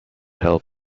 help